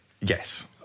yes